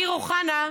אמיר אוחנה,